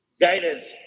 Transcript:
guidance